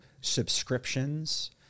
subscriptions